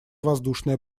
воздушное